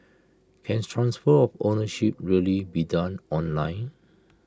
cans transfer of ownership really be done online